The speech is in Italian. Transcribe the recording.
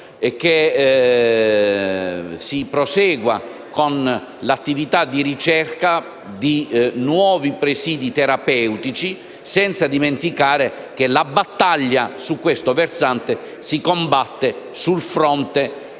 che si prosegua con l'attività di ricerca di nuovi presidi terapeutici, senza dimenticare che la battaglia su questo versante si combatte sul fronte culturale